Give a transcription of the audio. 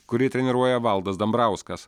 kurį treniruoja valdas dambrauskas